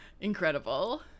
Incredible